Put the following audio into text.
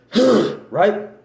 right